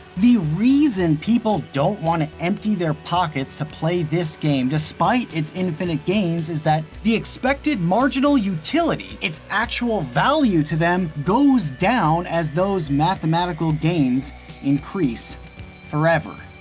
the reason people don't want to empty their pockets to play this game despite its infinite gains is that the expected marginal utility its actual value to them goes down as those mathematical gains increase forever.